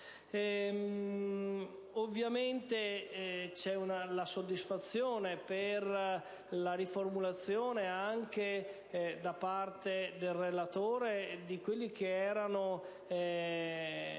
Ovviamente c'è soddisfazione per la riformulazione anche da parte del relatore degli emendamenti